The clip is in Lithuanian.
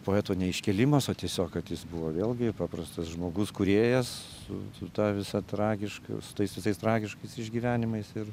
poeto neiškėlimas o tiesiog kad jis buvo vėlgi paprastas žmogus kūrėjas su ta visa tragiška su tais visais tragiškais išgyvenimais ir